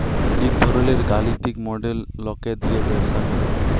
ইক ধরলের গালিতিক মডেল লকে দিয়ে ব্যবসা করে